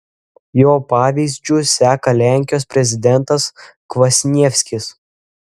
jo pavyzdžiu seka lenkijos prezidentas kvasnievskis